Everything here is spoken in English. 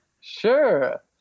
Sure